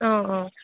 অঁ অঁ